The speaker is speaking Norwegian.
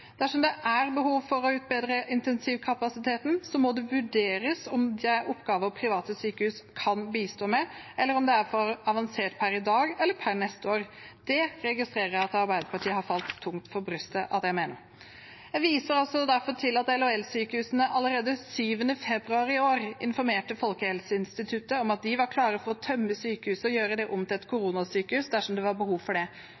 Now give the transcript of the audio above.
Dersom det er behov for å utbedre intensivkapasiteten, må det vurderes om det er oppgaver private sykehus kan bistå med, eller om det er for avansert per i dag eller neste år. Det registrerer jeg at det har falt Arbeiderpartiet tungt for brystet at jeg mener. Jeg viser derfor til at LHL-sykehuset allerede 7. februar i år informerte Folkehelseinstituttet om at de var klare for å tømme sykehuset og gjøre det om til et koronasykehus dersom det var behov for det.